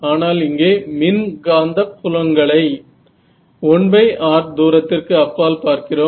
ஆனால் இங்கே மின் காந்த புலங்களை 1r தூரத்திற்கு அப்பால் பார்க்கிறோம்